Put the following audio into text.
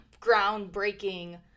groundbreaking